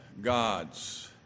gods